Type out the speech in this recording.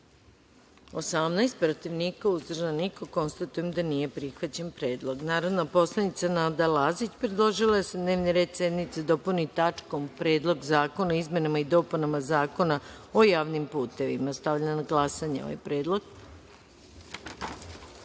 18, protiv – niko, uzdržanih – nema. Konstatujem da nije prihvaćen predlog. Narodna poslanica Nada Lazić predložila je da se dnevni red sednice dopuni tačkom – Predlog zakona o izmenama i dopunama Zakona o javnim putevima. Stavljam na glasanje ovaj